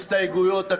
הסתייגויות.